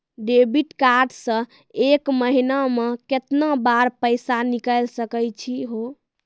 Debit card से एक महीना मा केतना बार पैसा निकल सकै छि हो?